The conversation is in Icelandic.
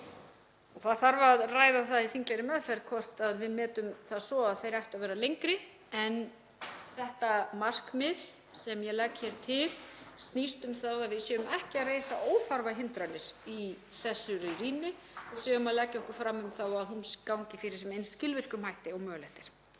Það þarf að ræða það í þinglegri meðferð hvort við metum það svo að frestur ætti að vera lengri, en þetta markmið sem ég legg til snýst um það að við séum ekki að reisa óþarfahindranir með þessari rýni og séum að leggja okkur fram um að hún gangi fyrir sig með eins skilvirkum hætti og mögulegt er.